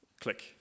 Click